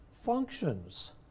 functions